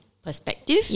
perspective